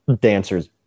dancers